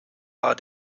war